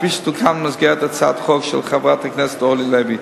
כפי שתוקן במסגרת הצעת החוק של חברת הכנסת אורלי לוי.